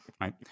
Right